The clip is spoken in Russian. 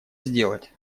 сделать